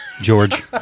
George